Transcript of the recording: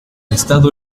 estado